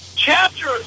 Chapter